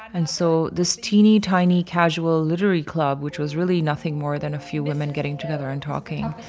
and so this teeny, tiny, casual literary club which, was really nothing more than a few women getting together and talking,